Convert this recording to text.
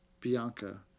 Bianca